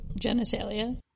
genitalia